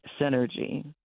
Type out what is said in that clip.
Synergy